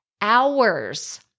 hours